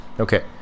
Okay